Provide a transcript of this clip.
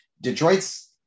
Detroit's